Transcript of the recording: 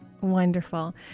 Wonderful